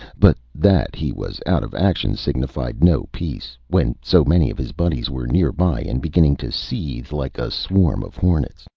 but that he was out of action signified no peace, when so many of his buddies were nearby, and beginning to seethe, like a swarm of hornets.